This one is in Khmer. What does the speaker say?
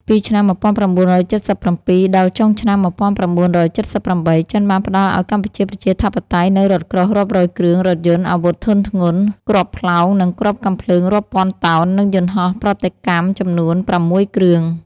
ពីឆ្នាំ១៩៧៧ដល់ចុងឆ្នាំ១៩៧៨ ចិនបានផ្តល់ឱ្យកម្ពុជាប្រជាធិបតេយ្យនូវរថក្រោះរាប់រយគ្រឿង រថយន្ត អាវុធធុនធ្ងន់ គ្រាប់ផ្លោងនិងគ្រាប់កាំភ្លើងរាប់ពាន់តោន និងយន្តហោះប្រតិកម្មចំនួនប្រាំមួយគ្រឿង។